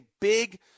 big